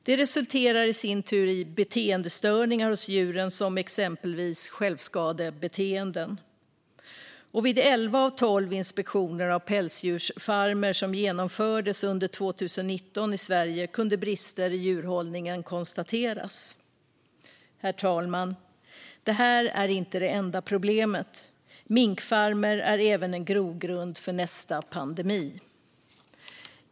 Det resulterar i sin tur i beteendestörningar hos djuren som exempelvis självskadebeteenden. Vid elva av tolv inspektioner av pälsdjursfarmer som genomfördes under 2019 i Sverige kunde brister i djurhållningen konstateras. Herr talman! Det här är inte det enda problemet. Minkfarmer är även en grogrund för nästa pandemi.